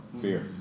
fear